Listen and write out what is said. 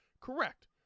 Correct